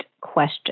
question